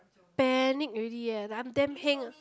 panic already eh like I'm damn heng ah